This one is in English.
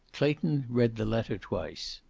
clayton read the letter twice.